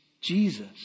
Jesus